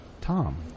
Tom